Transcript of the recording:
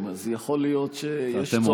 אז יכול להיות שיש צורך לחזור גם עליו.